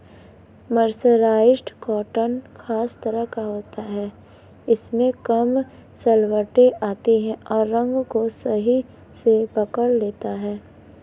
mercerised cotton खास तरह का होता है इसमें कम सलवटें आती हैं और रंग को सही से पकड़ लेता है